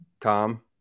Tom